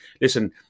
Listen